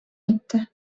gitti